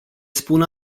spun